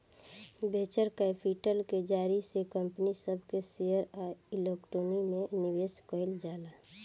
venture capital के जरिया से कंपनी सब के शेयर आ इक्विटी में निवेश कईल जाला